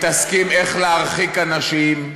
מתעסקים איך להרחיק אנשים,